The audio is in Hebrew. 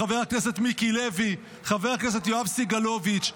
חבר הכנסת מיקי לוי וחבר הכנסת יואב סגלוביץ'.